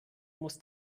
muss